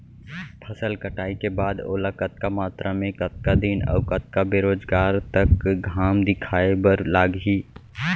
फसल कटाई के बाद ओला कतका मात्रा मे, कतका दिन अऊ कतका बेरोजगार तक घाम दिखाए बर लागही?